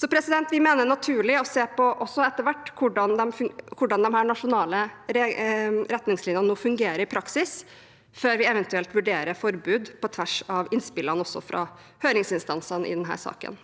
Vi mener det er naturlig å se på, også etter hvert, hvordan disse nasjonale retningslinjene fungerer i praksis, før vi eventuelt vurderer forbud på tvers av innspillene, også fra høringsinstansene, i denne saken.